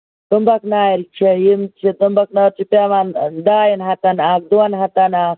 تُمبکھ نارِ چھےٚ یِم چھِ تُمبکھ نٲر چھِ پیٚوان ڈاین ہَتھن اکھ دۅن ہَتن اکھ